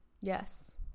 yes